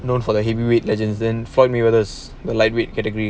known for their heavyweight legend then for me with as the lightweight category